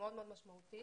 ומאוד-מאוד משמעותית,